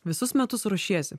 visus metus ruošiesi